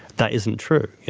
that isn't true.